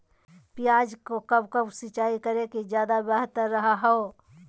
प्याज को कब कब सिंचाई करे कि ज्यादा व्यहतर हहो?